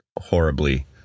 horribly